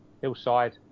Hillside